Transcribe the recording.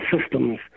systems